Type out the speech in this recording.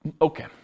Okay